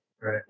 right